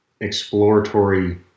exploratory